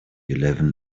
eleven